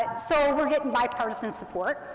and so we're getting bipartisan support,